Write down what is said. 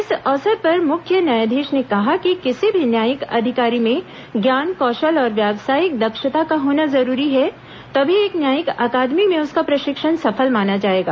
इस अवसर पर मुख्य न्यायाधीश ने कहा कि किसी भी न्यायिक अधिकारी में ज्ञान कौशल और व्यावसायिक दक्षता का होना जरूरी है तभी एक न्यायिक अकादमी में उसका प्रशिक्षण सफल माना जाएगा